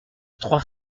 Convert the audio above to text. trois